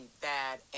bad